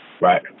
Right